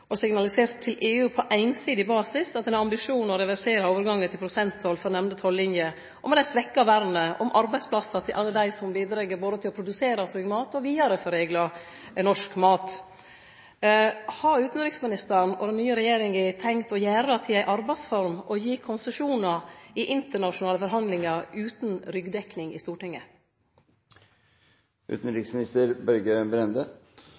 og signalisert til EU på einsidig basis at ein har ambisjonar om å reversere overgangen til prosenttoll for dei nemnde tollinene, og med det svekkje vernet av arbeidsplassane til alle dei som bidreg både til å produsere trygg mat og vidareforedle norsk mat. Har utanriksministeren og den nye regjeringa tenkt å gjere det til ei arbeidsform å gi konsesjonar i internasjonale forhandlingar utan ryggdekning i